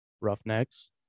Roughnecks